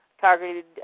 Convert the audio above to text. Targeted